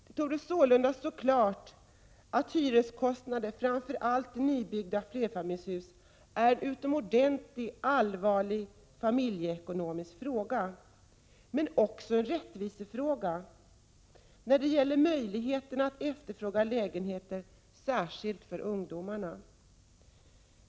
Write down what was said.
Det torde sålunda stå klart att hyreskostnaden i framför allt nybyggda flerfamiljshus är en utomordentligt allvarlig familjeekonomisk fråga. Men det är också en rättvisefråga när det gäller möjligheten att efterfråga lägenheter, särskilt för ungdom.